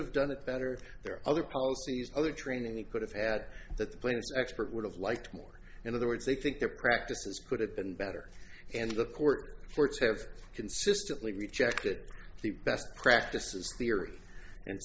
have done it better there are other policies other training he could have had that the players expert would have liked more in other words they think their practices could have been better and the court for its have consistently rejected the best